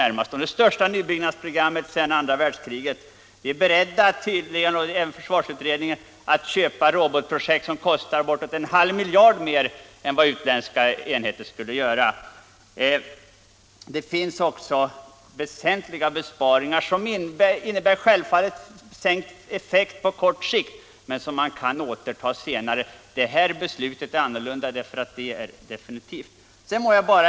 Det är det största nybyggnadsprogrammet sedan andra världskriget. Vi är beredda — och det är tydligen även försvarsutredningen — att fullfölja ett svenskt robotprojekt som kostar bortåt en halv miljard mer än utländska enheter skulle göra. Det finns besparingar att göra som på kort sikt självfallet innebär sänkt effekt, men de kan återtas senare. Beslutet om flygindustrin är annorlunda därför att det är definitivt.